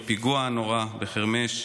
בפיגוע הנורא בחרמש.